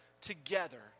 together